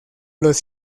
los